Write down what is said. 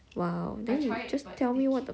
!wow! then you just tell me what the